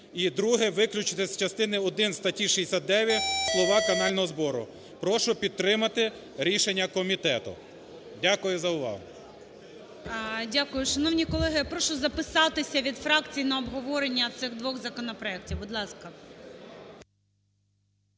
і друге – виключити з частини один статті 69 слова "канального збору". Прошу підтримати рішення комітету. Дякую за увагу. ГОЛОВУЮЧИЙ. Дякую. Шановні колеги, прошу записатися від фракцій на обговорення цих двох законопроектів. Будь ласка.